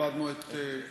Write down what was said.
איבדנו את,